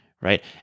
Right